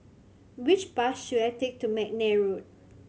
which bus should I take to McNair Road